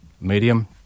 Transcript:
medium